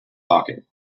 pocket